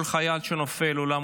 כל חייל שנופל הוא עולם